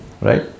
Right